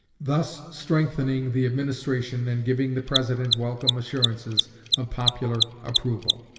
thus strengthening the administration and giving the president welcome assurances of popular approval.